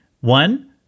One